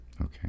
okay